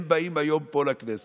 הם באים היום פה לכנסת